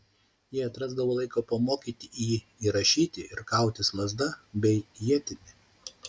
jis atrasdavo laiko pamokyti jį ir rašyti ir kautis lazda bei ietimi